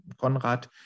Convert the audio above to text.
Konrad